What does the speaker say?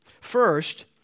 First